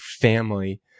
family